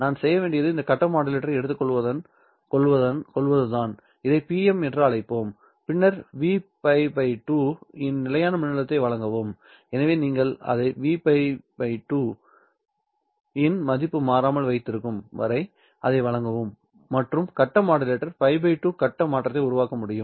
நான் செய்ய வேண்டியது இந்த கட்ட மாடுலேட்டரை எடுத்துக் கொள்வதுதான் இதை Pm என்று அழைப்போம் பின்னர் Vπ 2 இன் நிலையான மின்னழுத்தத்தை வழங்கவும் எனவே நீங்கள் அதை Vπ 2 இன் மதிப்புக்கு மாறாமல் வைத்திருக்கும் வரைஇதை வழங்கவும் மற்றும் கட்ட மாடுலேட்டர் π 2 கட்ட மாற்றத்தை உருவாக்க முடியும்